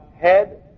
head